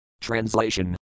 Translation